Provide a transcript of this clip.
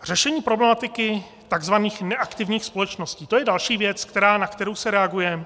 Řešení problematiky takzvaných neaktivních společností, to je další věc, na kterou se reaguje.